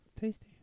tasty